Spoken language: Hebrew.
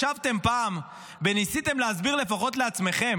ישבתם פעם וניסיתם להסביר לפחות לעצמכם